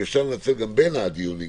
לדבר איתם גם בין הדיונים,